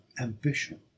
ambition